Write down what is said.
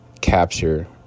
capture